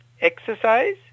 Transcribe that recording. exercise